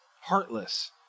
heartless